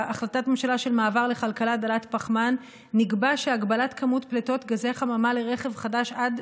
של מעבר לכלכלה דלת-פחמן נקבע שהגבלת כמות פליטות גזי חממה לרכב חדש עד